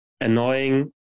annoying